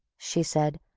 she said,